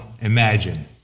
imagine